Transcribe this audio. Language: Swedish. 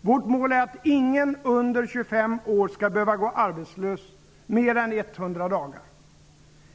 Vårt mål är att ingen under 25 år skall behöva gå arbetslös mer än 100 dagar.